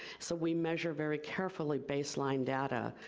so we measure very carefully baseline data.